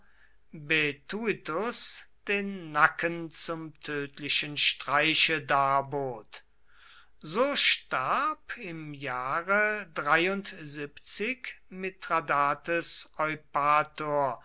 den nacken zum tödlichen streiche darbot so starb im jahre mithradates eupator